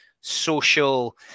social